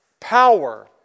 Power